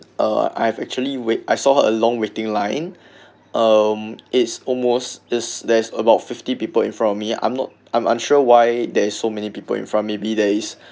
uh I've actually wait I saw a long waiting line um it's almost there's there's about fifty people in front of me I'm not I'm unsure why there is so many people in front maybe there is